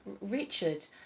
richard